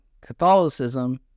Catholicism